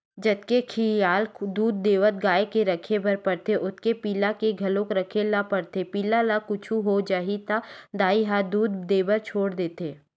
जतके खियाल दूद देवत गाय के राखे बर परथे ओतके पिला के घलोक राखे ल परथे पिला ल कुछु हो जाही त दाई ह दूद देबर छोड़ा देथे